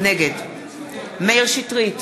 נגד מאיר שטרית,